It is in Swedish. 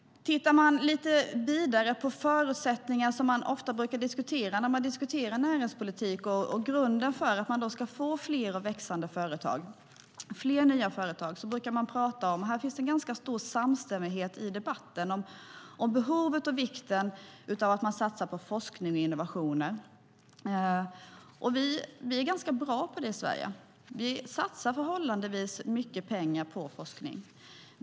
När det gäller förutsättningar, som ofta diskuteras när man diskuterar näringspolitik och grunden för att man ska få fler nya och växande företag, finns det en ganska stor samstämmighet i debatten om behovet och vikten av att satsa på forskning och innovationer. Och vi är ganska bra på det i Sverige. Vi satsar förhållandevis mycket pengar på forskning.